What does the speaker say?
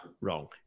wrong